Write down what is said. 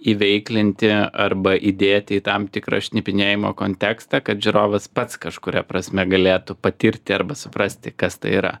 iveiklinti arba įdėti į tam tikrą šnipinėjimo kontekstą kad žiūrovas pats kažkuria prasme galėtų patirti arba suprasti kas tai yra